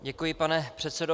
Děkuji, pane předsedo.